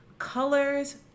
Colors